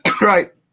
Right